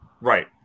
Right